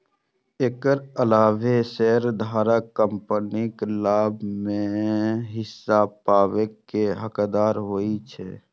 एकर अलावे शेयरधारक कंपनीक लाभ मे सं हिस्सा पाबै के हकदार होइ छै